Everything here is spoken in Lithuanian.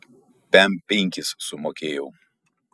pem penkis sumokėjau